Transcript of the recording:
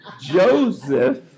Joseph